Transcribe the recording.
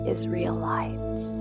Israelites